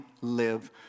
live